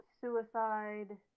suicide